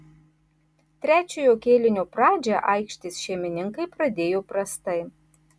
trečiojo kėlinio pradžią aikštės šeimininkai pradėjo prastai